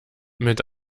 mit